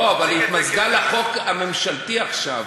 לא, אבל היא התמזגה עם החוק הממשלתי עכשיו.